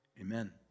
Amen